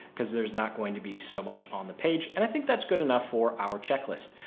because there's not going to be so much on the page. and i think that's good enough for our checklist.